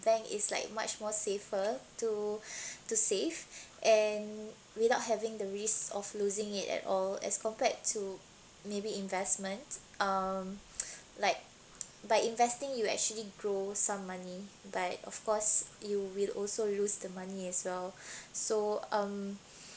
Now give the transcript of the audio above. bank is like much more safer to to save and without having the risk of losing it at all as compared to maybe investment um like by investing you actually grow some money but of course you will also lose the money as well so um